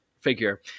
figure